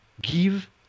give